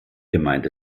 gemeint